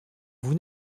vous